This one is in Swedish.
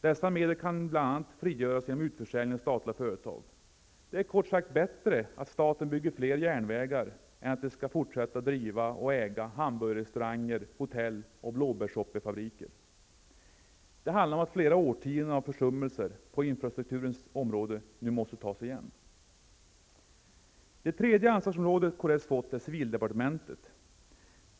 Dessa medel kan bl.a. Det är kort sagt bättre att staten bygger fler järnvägar än att den skall fortsätta äga och driva hamburgerrestauranger, hotell och blåbärssoppefabriker. Flera årtionden av försummelser på infrastrukturens område måste nu tas igen. Det tredje ansvarsområdet kds fått är civildepartementet.